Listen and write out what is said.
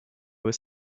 was